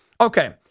Okay